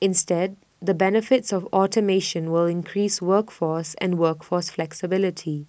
instead the benefits of automation will increase workforce and workforce flexibility